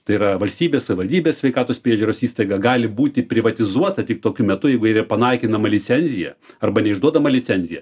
tai yra valstybės savivaldybės sveikatos priežiūros įstaiga gali būti privatizuota tik tokiu metu jeigu yra panaikinama licencija arba neišduodama licencija